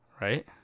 right